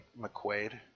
McQuaid